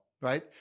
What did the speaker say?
right